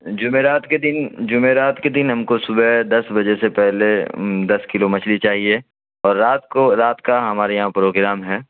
جمعرات کے دن جمعرات کے دن ہم کو صبح دس بجے سے پہلے دس کلو مچھلی چاہیے اور رات کو رات کا ہمارے یہاں پروگرام ہے